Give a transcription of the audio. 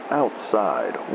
outside